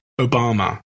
Obama